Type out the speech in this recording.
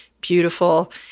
Beautiful